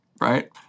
right